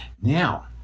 Now